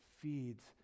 feeds